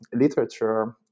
literature